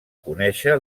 conéixer